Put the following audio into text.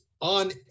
on